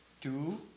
two